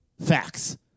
Facts